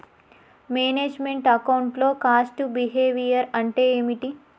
Manage meant account లో cost behavior అంటే ఏమిటి?